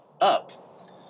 up